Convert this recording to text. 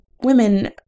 women